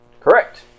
Correct